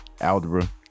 algebra